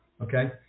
okay